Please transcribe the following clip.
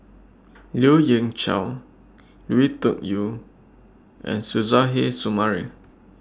Lien Ying Chow Lui Tuck Yew and Suzairhe Sumari